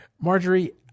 Marjorie